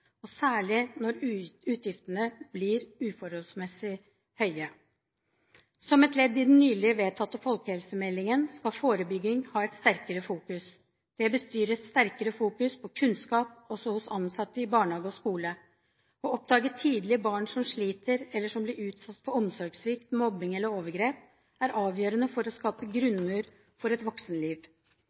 og særlig når utgiftene blir uforholdsmessig høye. Som et ledd i den nylig vedtatte folkehelsemeldingen, skal forebygging ha et sterkere fokus. Det betyr et sterkere fokus på kunnskap, også hos ansatte i barnehage og skole. Å oppdage tidlig barn som sliter eller som blir utsatt for omsorgssvikt, mobbing eller overgrep, er avgjørende for å skape en grunnmur for et voksenliv.